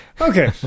Okay